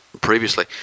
previously